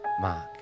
mark